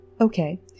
Okay